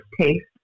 taste